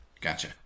gotcha